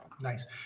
Nice